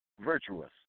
Virtuous